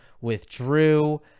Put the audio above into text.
withdrew